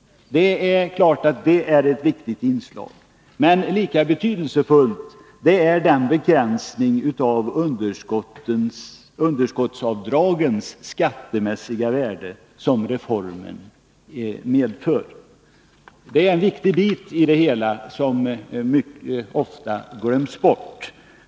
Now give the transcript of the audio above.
Det är klart att det är ett viktigt inslag, men lika betydelsefull är den begränsning av underskottsavdragens skattemässiga värde som reformen medför. Detta är en viktig del av det hela som ofta glöms bort.